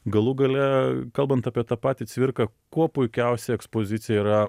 galų gale kalbant apie tą patį cvirką kuo puikiausia ekspozicija yra